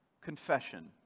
confession